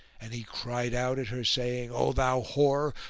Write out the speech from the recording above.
and he cried out at her saying, o thou whore!